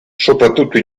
soprattutto